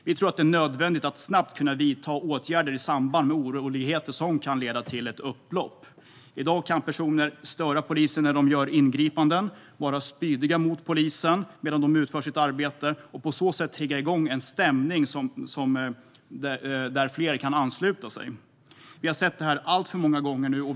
Vi tror att det är nödvändigt att snabbt kunna vidta åtgärder i samband med oroligheter som kan leda till upplopp. I dag kan personer störa polisen vid ingripanden, vara spydiga mot polisen medan den utför sitt arbete och på så sätt trigga igång en stämning som lockar fler att ansluta sig. Vi har sett det här alltför många gånger nu.